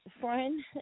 friend